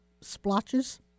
splotches